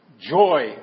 Joy